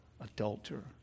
adulterer